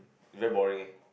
very boring eh